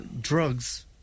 drugs